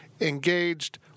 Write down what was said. Engaged